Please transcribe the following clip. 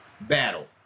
battle